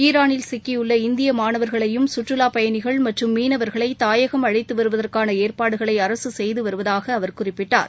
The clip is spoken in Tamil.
ஈரானில் சிக்கியுள்ள இந்திய மாணவர்களையும் கற்றாலாப் பயணிகள் மற்றம் மீனவர்களை தாயகம் அழைத்து வருவதற்கான ஏற்பாடுகளை அரசு செய்து வருவதாகவும் அவர் குறிப்பிட்டார்